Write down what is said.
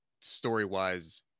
story-wise